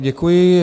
Děkuji.